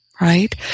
right